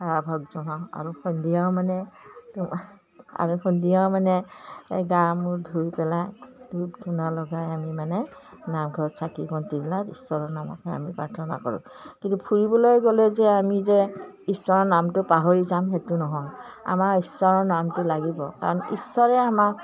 সেৱাভাগ জনাওঁ আৰু সন্ধিয়াও মানে তোমাৰ আৰু সন্ধিয়াও মানে এই গা মূৰ ধুই পেলাই ধূপ ধূনা লগাই আমি মানে নাামঘৰত চাকি বন্তি জ্বলাই ঈশ্বৰ নামকে আমি প্ৰাৰ্থনা কৰোঁ কিন্তু ফুৰিবলৈ গ'লে যে আমি যে ঈশ্বৰৰ নামটো পাহৰি যাম সেইটো নহওঁ আমাৰ ঈশ্বৰৰ নামটো লাগিব কাৰণ ঈশ্বৰে আমাৰ